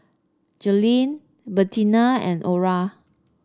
Joleen Bertina and Orra